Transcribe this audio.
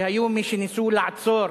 שהיו מי שניסו לעצור,